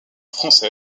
russe